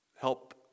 Help